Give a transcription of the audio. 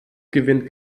gewinnt